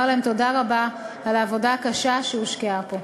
להם תודה רבה על העבודה הקשה שהושקעה פה.